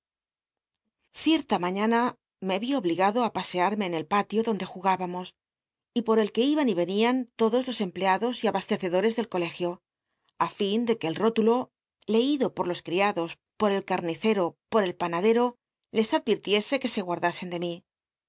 cierta maiíana me vi obligado á pasearme en el patio donde jugábamos y por el que iban y vcnian todos los empleados y abasteccdoi'cs del colegio í fin de que el i'ólulo leido por los criados por el carnicero por el panadero les advirtiese c ue se guardasen de mi